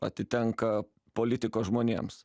atitenka politikos žmonėms